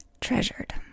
treasured